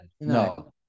no